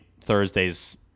Thursday's